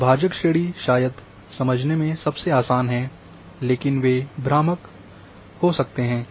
विभाजक श्रेणी शायद समझने में सबसे आसान है लेकिन वे भ्रामक हो सकते हैं